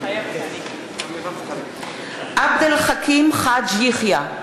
מתחייבת אני עבד אל חכים חאג' יחיא,